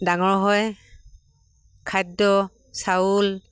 ডাঙৰ হয় খাদ্য চাউল